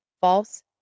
false